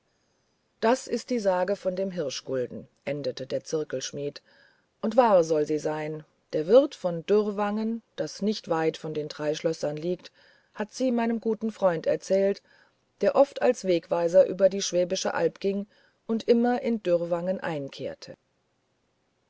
das ist die sage von dem hirschgulden endete der zirkelschmidt und wahr soll sie sein der wirt in dürrwangen das nicht weit von den drei schlössern liegt hat sie meinem guten freund erzählt der oft als wegweiser über die schwäbische alb ging und immer in dürrwangen einkehrte